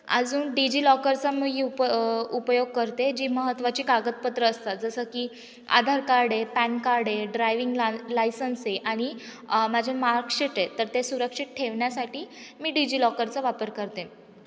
अजून डिजिलॉकरचा मी उप उपयोग करते जी महत्त्वाची कागदपत्र असतात जसं की आधार कार्ड आहे पॅन कार्ड आहे ड्रायव्हिंग ला लायसन्स आहे आणि माझे मार्कशीट आहे तर ते सुरक्षित ठेवण्यासाठी मी डिजिलॉकरचा वापर करते